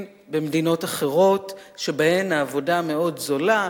במדינות אחרות שבהן העבודה מאוד זולה,